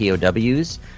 POWs